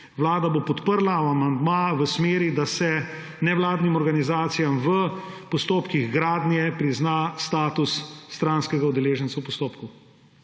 Vlada bo podprla amandma v smeri, da se nevladnim organizacijam v postopkih gradnje prizna status stranskega udeleženca v postopku.